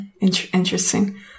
Interesting